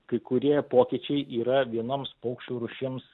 kai kurie pokyčiai yra vienoms paukščių rūšims